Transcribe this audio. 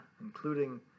including